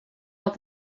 are